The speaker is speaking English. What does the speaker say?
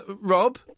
Rob